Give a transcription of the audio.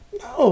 no